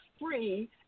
free